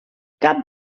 cap